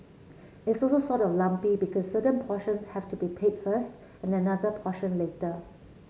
it's also sort of lumpy because certain portions have to be paid first and another portion later